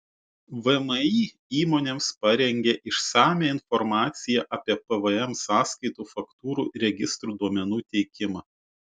vmi įmonėms parengė išsamią informaciją apie pvm sąskaitų faktūrų registrų duomenų teikimą